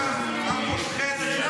מה שאתה עושה.